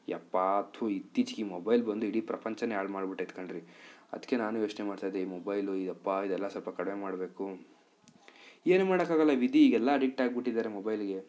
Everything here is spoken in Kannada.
ಅಪ್ಪಾ ಥೂ ಇತ್ತೀಚೆಗೆ ಈ ಮೊಬೈಲ್ ಬಂದು ಇಡೀ ಪ್ರಪಂಚವೇ ಹಾಳು ಮಾಡಿಬಿಟೈತೆ ಕಣ್ರಿ ಅದಕ್ಕೆ ನಾನು ಯೋಚನೆ ಮಾಡ್ತಾ ಇದ್ದೆ ಈ ಮೊಬೈಲು ಅಪ್ಪಾ ಇದೆಲ್ಲ ಸಲ್ಪ ಕಡಿಮೆ ಮಾಡಬೇಕು ಏನು ಮಾಡೋಕ್ಕೆ ಆಗೋಲ್ಲ ವಿಧಿ ಎಲ್ಲ ಅಡಿಕ್ಟ್ ಆಗಿಬಿಟ್ಟಿದ್ದಾರೆ ಮೊಬೈಲಿಗೆ